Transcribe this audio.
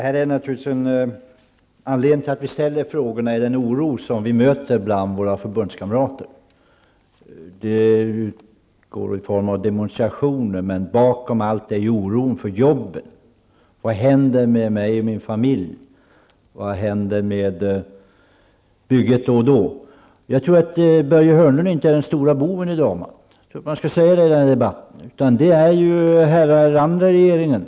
Fru talman! Anledningen till att vi ställer frågorna är naturligtvis den oro vi möter bland våra förbundskamrater. Bakom demonstrationerna och allt annat ligger oron för jobben: Vad händer med mig och min familj, vad händer med bygget? Jag tror inte att Börje Hörnlund är den stora boven i dramat, utan det är andra herrar i regeringen.